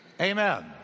Amen